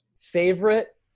Favorite